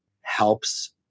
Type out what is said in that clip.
helps